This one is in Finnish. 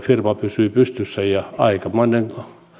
firma pysyi pystyssä ja aikamoinen